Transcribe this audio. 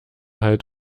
halt